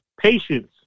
patience